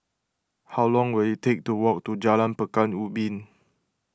how long will it take to walk to Jalan Pekan Ubin